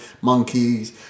monkeys